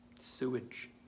sewage